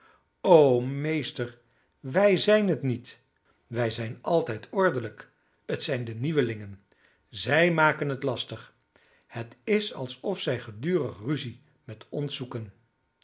o meester wij zijn het niet wij zijn altijd ordentelijk het zijn de nieuwelingen zij maken het lastig het is alsof zij gedurig ruzie met ons zoeken